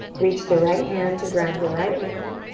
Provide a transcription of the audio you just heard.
reach the right hand to grab the right ankle.